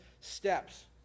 steps